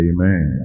Amen